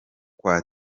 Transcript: kwa